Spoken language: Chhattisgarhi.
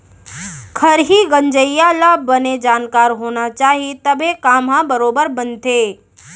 खरही गंजइया ल बने जानकार होना चाही तभे काम ह बरोबर बनथे